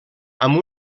amb